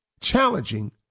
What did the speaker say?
challenging